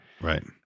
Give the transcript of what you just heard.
Right